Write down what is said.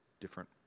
different